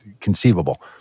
conceivable